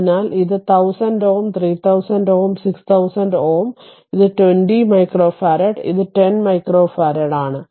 അതിനാൽ ഇത് 1000 ohm 3000 ohm 6000 ohm ഇത് 20 മൈക്രോ ഫറാഡ് ഇത് 10 മൈക്രോ ഫാരഡ് ആണ്